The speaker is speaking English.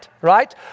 right